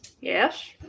Yes